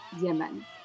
Yemen